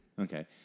Okay